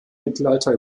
mittelalter